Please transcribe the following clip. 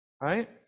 Right